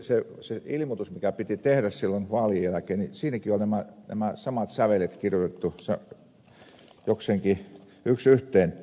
siinä ilmoituksessakin mikä piti tehdä silloin vaalien jälkeen oli nämä samat sävelet kirjoitettu jokseenkin yksi yhteen